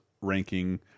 ranking